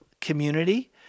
community